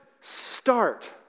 start